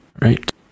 Right